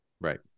Right